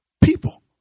people